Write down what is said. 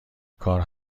کار